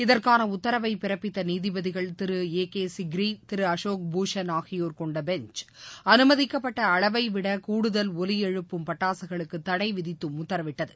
இதற்கான உத்தரவை பிறப்பித்த நீதிபதிகள் திரு ஏ கே சிக்ரி திரு அசோக் பூஷன் ஆகியோர் கொண்ட பெஞ்ச் அனுமதிக்கப்பட்ட அளவை விட கூடுதல் ஒலி எழுப்பும் பட்டாசுகளுக்கு தடை விதித்தும் உத்தரவிட்டது